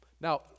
Now